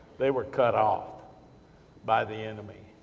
they were cut off by the enemy,